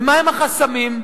ומהם החסמים?